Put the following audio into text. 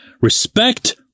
Respect